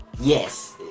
yes